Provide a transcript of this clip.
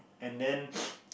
and then